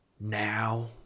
Now